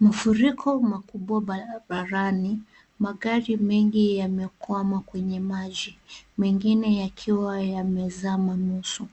Mafuriko makubwa barabarani, magari mengi yamekwama kwenye maji, mengine yakiwa yamezama nusu.